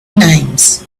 names